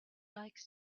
like